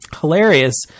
hilarious